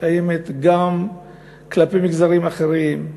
קיימת גם כלפי מגזרים אחרים,